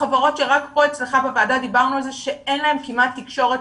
החברות שרק פה אצלך בוועדה דיברנו על זה שאין להם כמעט תקשורת,